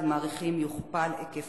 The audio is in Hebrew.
החומרים כתוצאה מפגם בהפקת